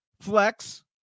Flex